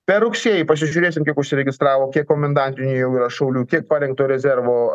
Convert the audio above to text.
per rugsėjį pasižiūrėsim kiek užsiregistravo kiek komendantinių jau yra šaulių kiek parengto rezervo